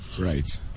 Right